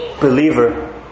believer